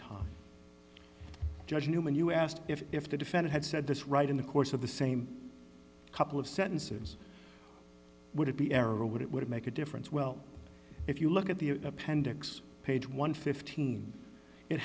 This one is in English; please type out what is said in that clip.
time judge newman you asked if if the defendant had said this right in the course of the same couple of sentences would it be error would it would make a difference well if you look at the appendix page one